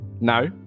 No